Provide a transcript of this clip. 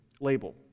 label